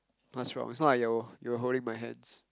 what's wrong is not like you you were holding my hands